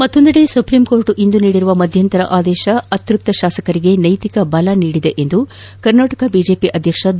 ಮತ್ತೊಂದೆಡೆ ಸುಪ್ರೀಂಕೋರ್ಟ್ ಇಂದು ನೀಡಿರುವ ಮಧ್ಯಂತರ ಆದೇಶ ಅತ್ಯಸ್ತ ಶಾಸಕರಿಗೆ ನೈತಿಕ ಬಲ ಬಂದಂತಾಗಿದೆ ಎಂದು ಕರ್ನಾಟಕ ಬಿಜೆಪಿ ಅಧ್ಯಕ್ಷ ಬಿ